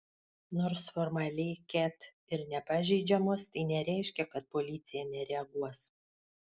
nors formaliai ket ir nepažeidžiamos tai nereiškia kad policija nereaguos